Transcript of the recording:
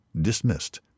dismissed